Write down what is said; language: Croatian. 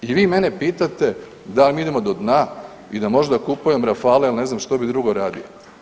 I vi mene pitate da li idemo do dna i da možda kupujem Rafale jer ne znam što bi drugo radio.